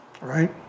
Right